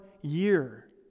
year